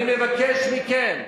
אני מבקש מכם,